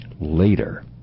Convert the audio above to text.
later